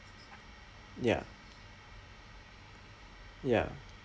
ya ya